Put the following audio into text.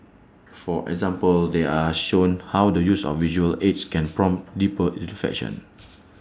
for example they are shown how the use of visual aids can prompt deeper reflection